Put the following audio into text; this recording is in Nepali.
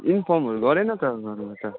इन्फर्महरू गरे न त घरमा त